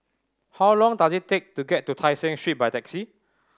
how long does it take to get to Tai Seng Street by taxi